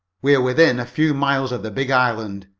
we're within a few miles of the big island,